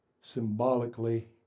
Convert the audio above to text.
symbolically